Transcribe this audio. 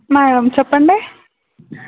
మ చెప్పండి